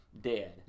dead